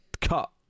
cut